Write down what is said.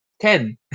Ten